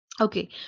Okay